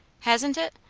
hasn't it?